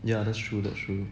yeah that's true that's true